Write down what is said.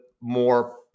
more